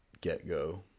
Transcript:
get-go